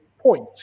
point